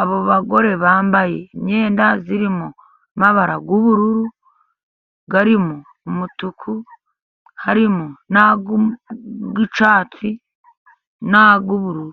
Abo bagore bambaye imyenda irimo amabara y' ubururu ,arimo umutuku harimo n'ay'icyatsi n'ay'ubururu.